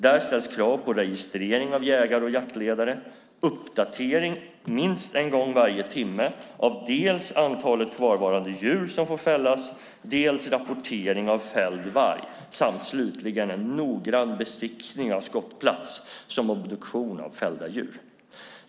Där ställs krav på registrering av jägare och jaktledare, på uppdatering minst en gång varje timme av antalet kvarvarande djur som får fällas, på rapportering av fälld varg och slutligen på en noggrann besiktning av skottplats samt obduktion av fällda djur.